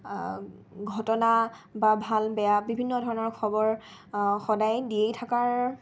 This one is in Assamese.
ঘটনা বা ভাল বেয়া বিভিন্ন ধৰণৰ খবৰ সদায় দিয়েই থকাৰ